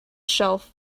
shelf